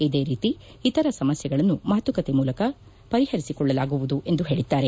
ಇದೇ ರೀತಿ ಇತರ ಸಮಸ್ಕೆಗಳನ್ನು ಮಾತುಕತೆ ಮೂಲಕ ಪರಿಪರಿಸಿಕೊಳ್ಳಲಾಗುವುದು ಎಂದು ಹೇಳಿದ್ದಾರೆ